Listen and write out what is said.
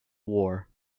war